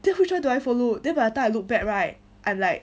then which one do I follow then by the time I look back right I like